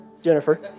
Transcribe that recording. Jennifer